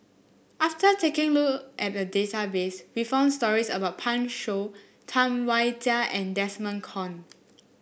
after taking a look at the database we found stories about Pan Shou Tam Wai Jia and Desmond Kon